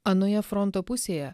anoje fronto pusėje